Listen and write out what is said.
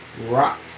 Rock